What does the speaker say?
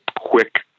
quick